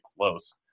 close